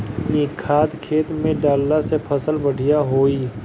इ खाद खेत में डालला से फसल बढ़िया होई